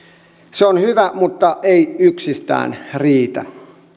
se on hyvä mutta ei yksistään riitä